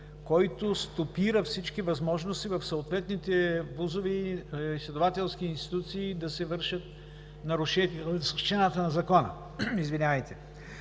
който стопира всички възможности в съответните ВУЗ-ове и изследователски институции да се вършат нарушения в същината